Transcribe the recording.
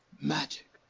magic